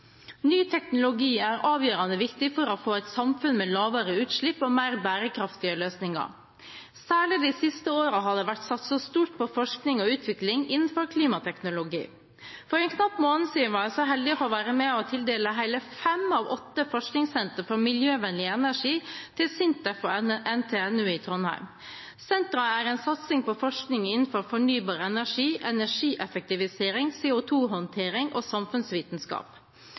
Ny teknologi er avgjørende viktig for å få et samfunn med lavere utslipp og mer bærekraftige løsninger. Særlig de siste årene har det vært satset stort på forskning og utvikling innenfor klimateknologi. For en knapp måned siden var jeg så heldig å få være med på å tildele hele fem av åtte forskningssentre for miljøvennlig energi til SINTEF og NTNU i Trondheim. Sentrene er en satsing på forskning innenfor fornybar energi, energieffektivisering, CO2-håndtering og samfunnsvitenskap.